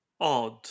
odd